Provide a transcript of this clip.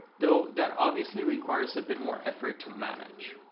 though that obviously requires a bit more effort to manage,